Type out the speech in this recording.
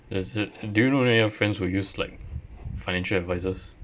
is it do you know any of your friends who use like financial advisor's